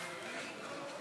תזכיר אותי, אני